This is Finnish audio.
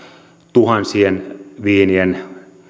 tuhansien viinien